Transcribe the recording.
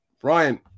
Brian